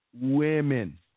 women